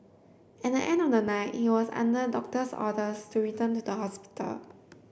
at the end of the night he was under doctor's orders to return to the hospital